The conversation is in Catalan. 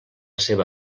seva